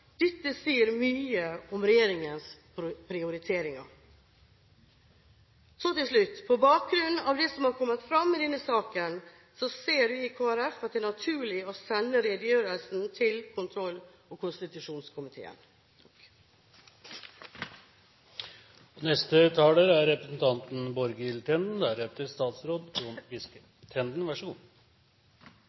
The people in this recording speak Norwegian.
Dette sier mye om regjeringens prioriteringer. Så til slutt: På bakgrunn av det som er kommet fram i denne saken, ser vi i Kristelig Folkeparti at det er naturlig å sende redegjørelsen til kontroll- og konstitusjonskomiteen. Jeg takker for redegjørelsen, og